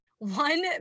one